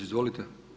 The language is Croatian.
Izvolite.